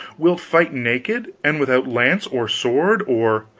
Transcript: wilt fight naked, and without lance or sword or